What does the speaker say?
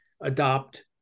adopt